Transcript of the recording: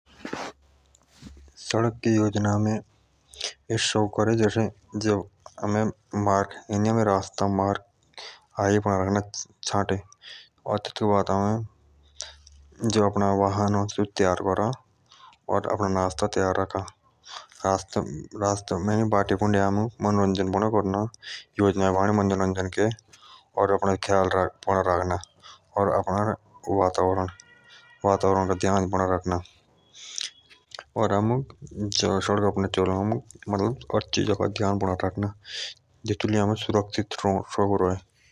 सड़क योजना हमें इसे शौकों करे जो रास्ता अ थेथोक आगे पड़ा चाटना थे थोक के बाद अओमुक आपने गाड़े पड़े रखने थे थोक के बाद अओमुक अपना जगह पढ़ने चाटने और आमुख गाडी या दे खूब मजे पड़ो करने और अपना वातावरण का ध्यान पड़ा रखना जीतू लिया हमें सुरक्षित शकों रहे।